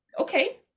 okay